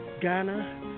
Ghana